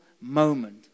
moment